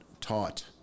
taught